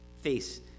face